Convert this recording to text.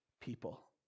people